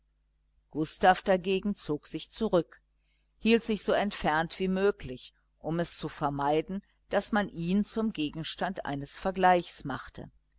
gustav dagegen zog sich zurück hielt sich so entfernt wie möglich um es zu vermeiden daß man ihn zum gegenstand eines vergleichs machte